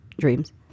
dreams